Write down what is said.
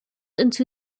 into